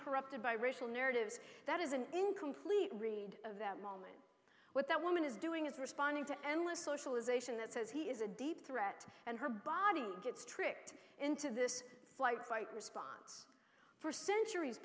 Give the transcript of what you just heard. corrupted by racial narratives that is an incomplete read of that moment with that woman is doing is responding to endless socialization that says he is a deep threat and her body gets tricked into this flight fight response for centuries